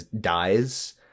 dies